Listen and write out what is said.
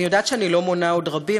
אני יודעת שאני לא מונה עוד רבים,